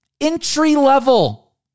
Entry-level